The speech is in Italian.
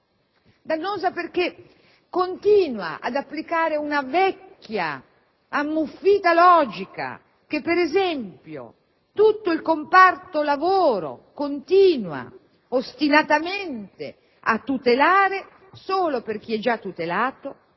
Dannosa perché continua ad applicare una vecchia, ammuffita, logica che, ad esempio, tutto il comparto lavoro continua ostinatamente a tutelare solo perché è già tutelato,